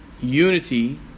unity